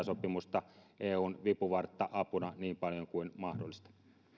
sopimusta eun vipuvartta apuna niin paljon kuin mahdollista